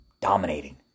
dominating